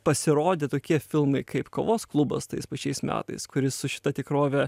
pasirodė tokie filmai kaip kovos klubas tais pačiais metais kuris su šita tikrove